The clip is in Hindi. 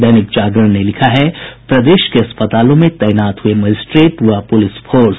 दैनिक जागरण ने लिखा है प्रदेश के अस्पतालों में तैनात हुये मजिस्ट्रेट व पुलिस फोर्स